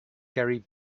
gary